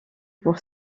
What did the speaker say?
pour